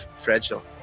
fragile